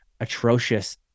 atrocious